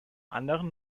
anderen